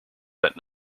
that